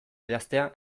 idaztea